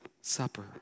Supper